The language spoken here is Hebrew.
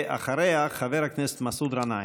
אחריה, חבר הכנסת מסעוד גנאים.